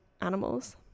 animals